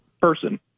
person